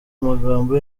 amagambo